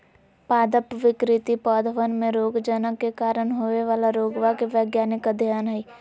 पादप विकृति पौधवन में रोगजनक के कारण होवे वाला रोगवा के वैज्ञानिक अध्ययन हई